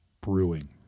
brewing